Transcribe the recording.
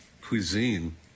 cuisine